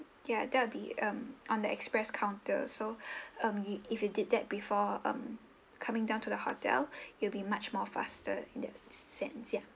ya that will be um on the express counter so um if you did that before um coming down to the hotel you'll be much more faster in that sense ya